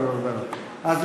אם כן,